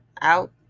out